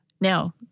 Now